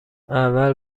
اول